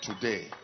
today